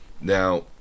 Now